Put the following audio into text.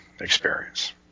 experience